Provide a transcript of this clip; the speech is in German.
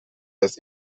das